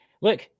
Look